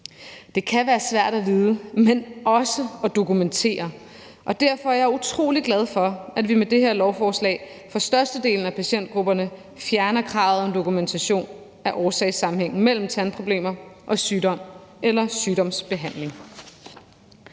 Det kan være svært at vide, men også at dokumentere, og derfor er jeg utrolig glad for, at vi med det her lovforslag for størstedelen af patientgrupperne fjerner kravet om dokumentation af årsagssammenhæng mellem tandproblemer og sygdom eller sygdomsbehandling.